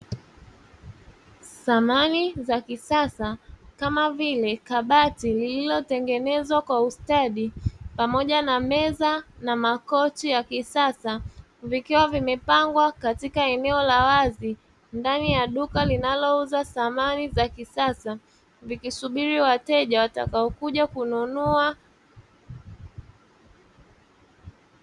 Samani za kisasa kama vile kabati lililotengenezwa kwa ustaadi, pamoja na meza na makocha ya kisasa, vikiwa vimepangwa katika eneo la wazi ndani ya duka linalouza samani za kisasa, vikisubiri wateja watakaokuja kununua.